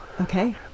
Okay